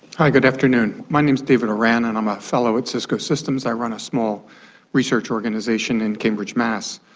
hi, good afternoon, my name is david oran and i'm a fellow at cisco systems, i run a small research organisation in cambridge, massachusetts.